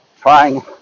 Trying